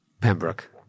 Pembroke